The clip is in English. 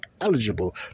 eligible